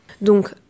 Donc